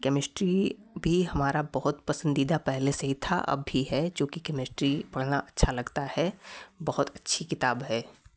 chemistry भी हमारा बहुत पसंदीदा पहले से ही था अब भी है जो कि केमिस्ट्री पढ़ना अच्छा लगता है बहुत अच्छी किताब है